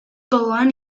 gogoan